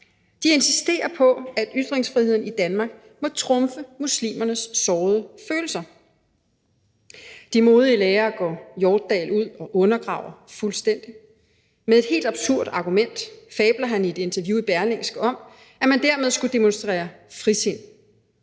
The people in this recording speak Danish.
De insisterer på, at ytringsfriheden i Danmark må trumfe muslimernes sårede følelser. De modige lærere går Hjortdal ud og undergraver fuldstændig. Med et helt absurd argument fabler han i et interview i Berlingske om, at man dermed skulle demonstrere frisind.